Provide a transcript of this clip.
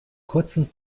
kurzen